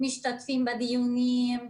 משתתפים בדיונים,